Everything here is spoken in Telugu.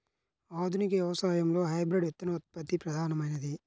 ఆధునిక వ్యవసాయంలో హైబ్రిడ్ విత్తనోత్పత్తి ప్రధానమైనది